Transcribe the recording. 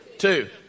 two